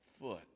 foot